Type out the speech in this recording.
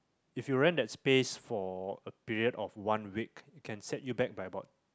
if you rent that space for a period of one week you can set you back by about